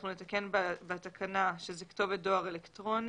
אנחנו נתקן בתקנה שזאת כתובת דואר אלקטרוני